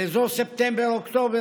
באזור ספטמבר-אוקטובר,